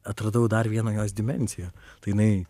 atradau dar vieną jos dimensiją tai jinai